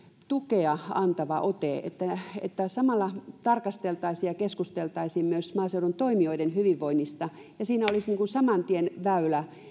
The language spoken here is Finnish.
tukea antava ote että että samalla tarkasteltaisiin ja keskusteltaisiin myös maaseudun toimijoiden hyvinvoinnista siinä olisi saman tien väylä